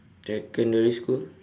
secondary school